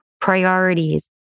priorities